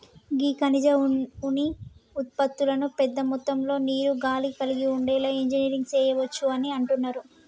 గీ ఖనిజ ఉన్ని ఉత్పతులను పెద్ద మొత్తంలో నీరు, గాలి కలిగి ఉండేలా ఇంజనీరింగ్ సెయవచ్చు అని అనుకుంటున్నారు